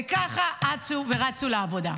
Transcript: וככה אצו ורצו לעבודה.